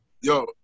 yo